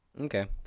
Okay